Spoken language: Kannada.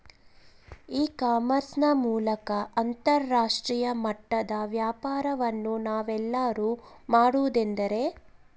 ಇ ಕಾಮರ್ಸ್ ನ ಮೂಲಕ ಅಂತರಾಷ್ಟ್ರೇಯ ಮಟ್ಟದ ವ್ಯಾಪಾರವನ್ನು ನಾವೆಲ್ಲರೂ ಮಾಡುವುದೆಂದರೆ?